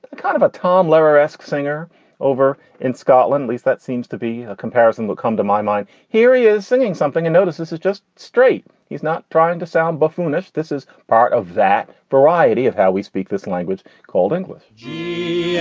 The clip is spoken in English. ah kind of a tom lehrer? asked singer over in scotland. least that seems to be a comparison that come to my mind. here he is singing something. and notice this is just straight. he's not trying to sound buffoonish. this is part of that variety of how we speak this language called english lucky